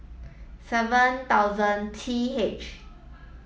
seven thousand T H